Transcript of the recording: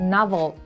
Novel